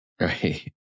Right